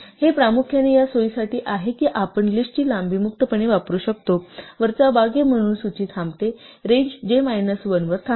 हे प्रामुख्याने या सोयीसाठी आहे की आपण लिस्ट ची लांबी मुक्तपणे वापरू शकतो वरच्या बाध्य म्हणून सूची थांबते रेंज j मायनस 1 वर थांबते